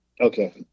Okay